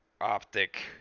Optic